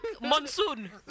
Monsoon